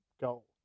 goal